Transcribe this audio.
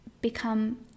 become